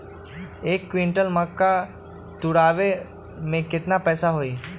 एक क्विंटल मक्का तुरावे के केतना पैसा होई?